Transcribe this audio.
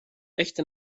echte